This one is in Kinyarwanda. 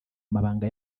amabanga